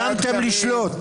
סיימתם לשלוט.